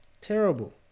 terrible